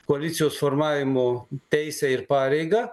koalicijos formavimo teisę ir pareigą